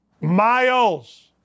Miles